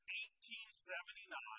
1879